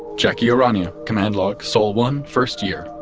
jacki o'rania. command log. sol one, first year